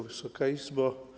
Wysoka Izbo!